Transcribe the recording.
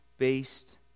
based